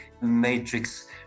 matrix